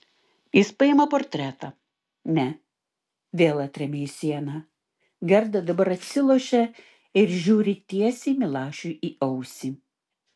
jis paima portretą ne vėl atremia į sieną gerda dabar atsilošia ir žiūri tiesiai milašiui į ausį